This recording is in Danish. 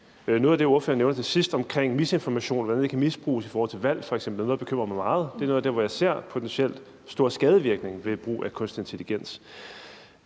Noget af det, ordføreren nævner til sidst, omkring misinformation, og hvordan det f.eks. kan misbruges i forhold til valg, er noget af det, der bekymrer mig meget. Det er noget af det, hvor jeg ser en potentiel stor skadevirkning ved brug af kunstig intelligens.